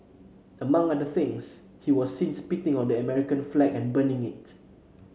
among other things he was seen spitting on the American flag and burning it